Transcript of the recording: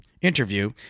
interview